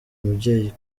umubyeyi